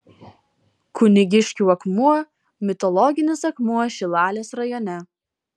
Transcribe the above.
kunigiškių akmuo mitologinis akmuo šilalės rajone